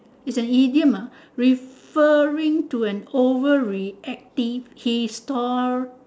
is an idiom ah referring to an over reactive histor